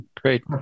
Great